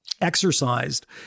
exercised